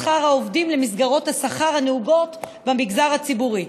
שכר העובדים למסגרות השכר הנהוגות במגזר הציבורי.